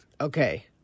Okay